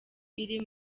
iri